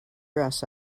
dress